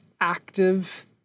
active